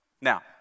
now